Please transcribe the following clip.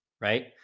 right